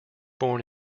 born